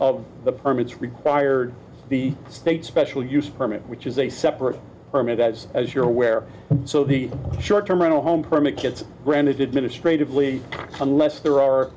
of the permits required the state special use permit which is a separate permit as as you're aware so the short term rental home permit gets granted administratively unless there are